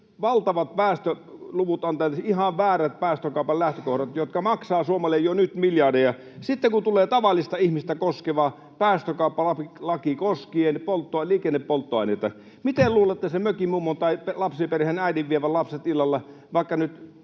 valtavat päästöluvut antaneet, ihan väärät päästökaupan lähtökohdat, jotka maksavat Suomelle jo nyt miljardeja... Sitten kun tulee tavallista ihmistä koskeva päästökauppalaki koskien liikennepolttoaineita, miten luulette sen mökin mummon tai lapsiperheen äidin vievän lapset illalla vaikka nyt